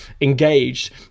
engaged